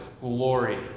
glory